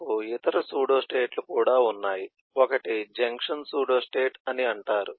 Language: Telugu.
మనకు ఇతర సూడోస్టేట్లు కూడా ఉన్నాయి ఒకటి జంక్షన్ సూడోస్టేట్ అంటారు